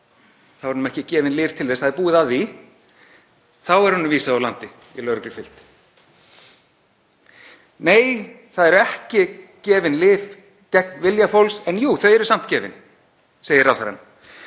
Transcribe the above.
þá eru honum ekki gefin lyf til þess, það er búið að því, þá er honum vísað úr landi í lögreglufylgd. Nei, fólki eru ekki gefin lyf gegn vilja sínum, en jú, þau eru samt gefin, segir ráðherrann.